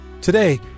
Today